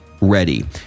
ready